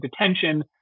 detention